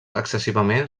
excessivament